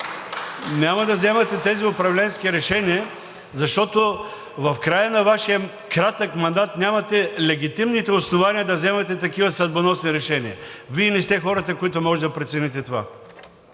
Няма да вземате тези управленски решения, защото в края на Вашия кратък мандат нямате легитимните основания да вземате такива съдбоносни решения. Вие не сте хората, които може да прецените това.